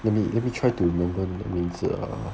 let me let me try to remember the 名字 err